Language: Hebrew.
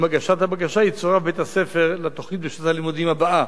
עם הגשת הבקשה יצורף בית-הספר לתוכנית בשנת הלימודים הבאה.